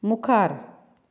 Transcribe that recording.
मुखार